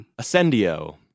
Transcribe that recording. ascendio